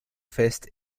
fest